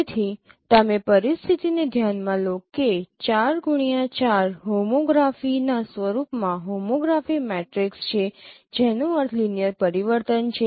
તેથી તમે પરિસ્થિતિને ધ્યાનમાં લો કે 4x4 હોમોગ્રાફીના સ્વરૂપમાં હોમોગ્રાફી મેટ્રિક્સ છે જેનો અર્થ લિનિયર પરિવર્તન છે